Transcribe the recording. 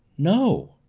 no.